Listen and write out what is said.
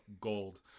gold